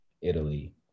Italy